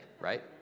right